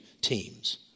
teams